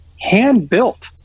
hand-built